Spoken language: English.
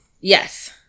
yes